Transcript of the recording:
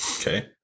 Okay